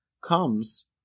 comes